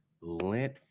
lint